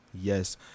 yes